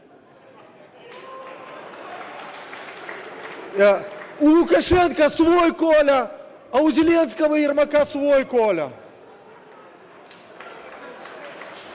У Лукашенка свой Коля, а у Зеленского и Ермака свой Коля.